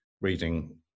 reading